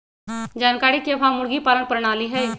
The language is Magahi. जानकारी के अभाव मुर्गी पालन प्रणाली हई